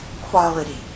quality